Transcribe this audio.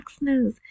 news